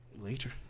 later